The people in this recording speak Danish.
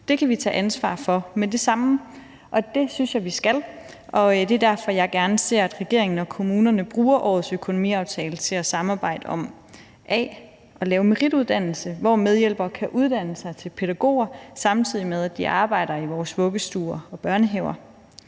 Det kan vi tage ansvar for med det samme, og det synes jeg at vi skal, og det er derfor, jeg gerne ser, at regeringen og kommunerne bruger årets økonomiaftale til a) at samarbejde om at lave en merituddannelse, hvor medhjælpere kan uddanne sig til pædagoger, samtidig med at de arbejder i vores vuggestuer og børnehaver;